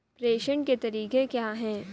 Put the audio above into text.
प्रेषण के तरीके क्या हैं?